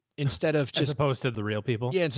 instead of just posted the real people. yeah.